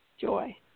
joy